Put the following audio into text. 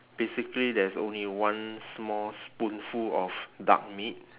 basically there's only one small spoonful of duck meat